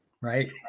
Right